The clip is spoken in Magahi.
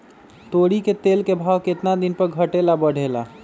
तोरी के तेल के भाव केतना दिन पर घटे ला बढ़े ला?